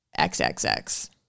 XXX